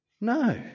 No